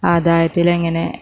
ആദായത്തിലെങ്ങനെ